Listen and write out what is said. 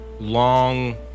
Long